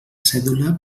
cèdula